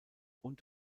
und